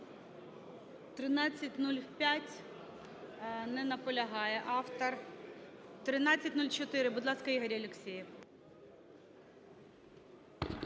1305. Не наполягає автор. 1304. Будь ласка, Ігор Алексєєв.